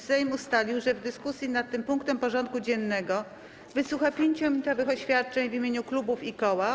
Sejm ustalił, że w dyskusji nad tym punktem porządku dziennego wysłucha 5-minutowych oświadczeń w imieniu klubów i koła.